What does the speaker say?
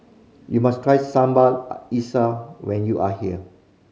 you must try sambal when you are here